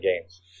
games